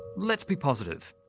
let's be positive.